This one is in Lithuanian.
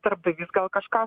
darbdavys gal kažką